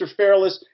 Fairless